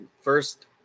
first